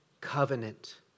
covenant